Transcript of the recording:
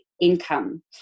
income